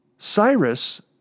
Cyrus